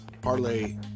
parlay